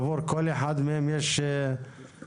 עבור כל אחד מהם יש עלות?